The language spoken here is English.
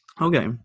Okay